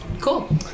Cool